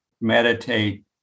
meditate